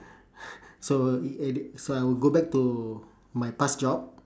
(pbb) so it at it so I will go back to my past job